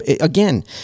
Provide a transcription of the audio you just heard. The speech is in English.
Again